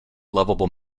lovable